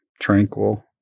tranquil